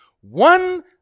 One